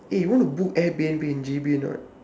eh you want to book Airbnb in J_B or not